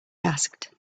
asked